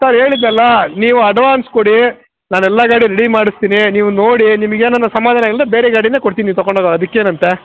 sir ಹೇಳಿದೆನಲ್ಲ ನೀವು advance ಕೊಡಿ ನಾನೆಲ್ಲ ಗಾಡಿ ರೆಡಿ ಮಾಡಿಸ್ತೀನಿ ನೀವು ನೋಡಿ ನಿಮಗೆ ಏನನ ಸಮಾಧಾನ ಇಲ್ಲದೆ ಬೇರೆ ಗಾಡಿನೆ ಕೊಡ್ತೀನಿ ತಗೊಂಡು ಹೋಗೊಕ್ಕೆ ಅದಕ್ಕೇನಂತೆ